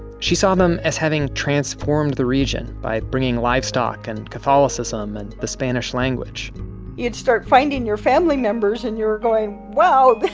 she saw them as having transformed the region by bringing livestock and catholicism and the spanish language you'd start finding your family members and you're going wow!